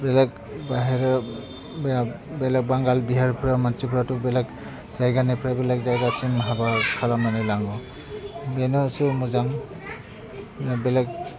बेलेग बाहेरायाव बे बेलेग बांगाल बिहारिफोर मानसिफ्राथ' बेलेग जायगानिफ्राय बेलेग जायगासिम हाबा खालामनानै लाङो बिनोसो मोजां बेलेग